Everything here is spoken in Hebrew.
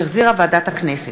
שהחזירה ועדת הכנסת.